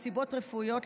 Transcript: מסיבות רפואיות,